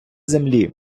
землі